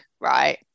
right